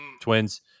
twins